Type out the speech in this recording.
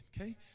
okay